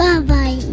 Bye-bye